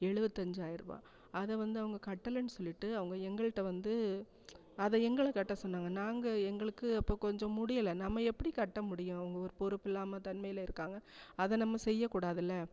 எழுவத்தாஞ்சாயிர ருபா அதை வந்து அவங்க கட்டலன்னு சொல்லிகிட்டு அவங்க எங்கள்கிட்ட வந்து அதை எங்களை கட்ட சொன்னாங்க நாங்கள் எங்களுக்கு அப்போது கொஞ்சம் முடியலை நம்ம எப்படி கட்டமுடியும் அவங்க ஒரு பொறுப்பு இல்லாமல் தன்மையில் இருக்காங்க அதை நம்ம செய்யக்கூடாதில்ல